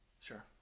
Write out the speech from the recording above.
Sure